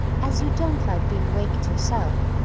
as you don't like being waked yourself,